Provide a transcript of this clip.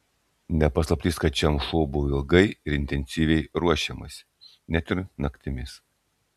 ne paslaptis kad šiam šou buvo ilgai ir intensyviai ruošiamasi net ir naktimis